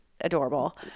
adorable